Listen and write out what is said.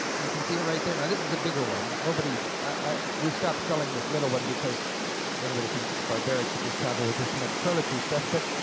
you can see right there, now this is a bigger one, nobody we stopped selling this little one because everybody thinks it's barbaric to just travel with this much toiletry stuff but,